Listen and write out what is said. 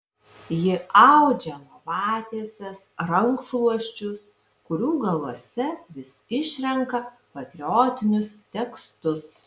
ji audžia lovatieses rankšluosčius kurių galuose vis išrenka patriotinius tekstus